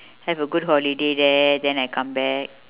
have a good holiday there then I come back